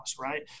right